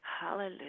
Hallelujah